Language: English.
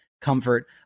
Comfort